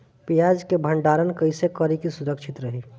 प्याज के भंडारण कइसे करी की सुरक्षित रही?